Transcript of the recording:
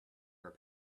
her